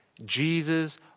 Jesus